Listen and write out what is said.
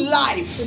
life